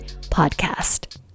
Podcast